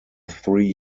three